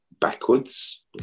backwards